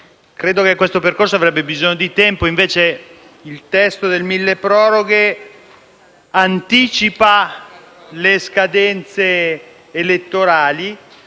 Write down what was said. Credo che questo percorso avrebbe bisogno di tempo, invece il testo del milleproroghe anticipa le scadenze elettorali,